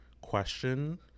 question